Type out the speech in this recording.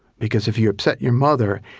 because if you upset your mother,